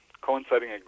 coinciding